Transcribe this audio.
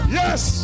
yes